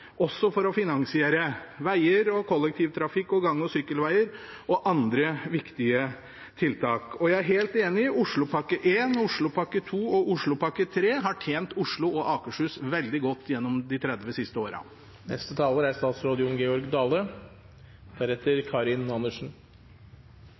også for å finansiere veger, kollektivtrafikk, gang- og sykkelveger og andre viktig tiltak. Og jeg er helt enig i at Oslopakke 1, Oslopakke 2 og Oslopakke 3 har tjent Oslo og Akershus veldig godt gjennom de siste 30 årene. Det er